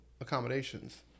accommodations